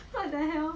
what the hell